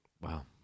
Wow